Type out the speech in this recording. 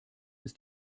ist